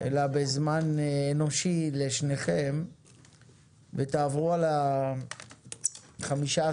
אלא בזמן אנושי לשניכם ותעברו על החמישה,